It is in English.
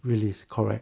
released correct